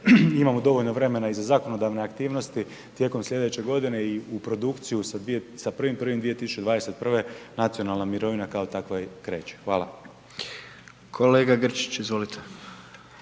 imamo dovoljno vremena i za zakonodavne aktivnosti tijekom slijedeće godine i u produkciju sa 1.1.2021. nacionalna mirovina kao takva kreće, hvala. **Jandroković,